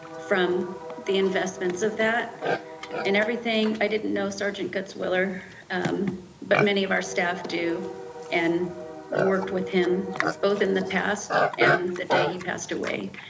from the investments of that and everything i didn't know, sergeant gutzwiller um but many of our staff do and worked with him both in the past and the day he passed away.